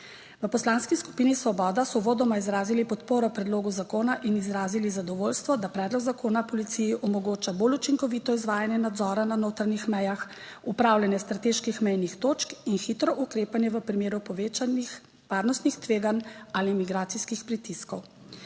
V Poslanski skupini Svoboda so uvodoma izrazili podporo predlogu zakona in izrazili zadovoljstvo, da predlog zakona policiji omogoča bolj učinkovito izvajanje nadzora na notranjih mejah, upravljanje strateških mejnih točk in hitro ukrepanje v primeru povečanih varnostnih tveganj ali migracijskih pritiskov.